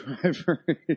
Driver